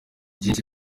byinshi